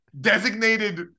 designated